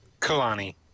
kalani